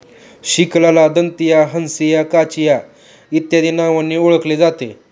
सिकलला दंतिया, हंसिया, काचिया इत्यादी नावांनी ओळखले जाते